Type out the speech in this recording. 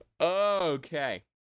Okay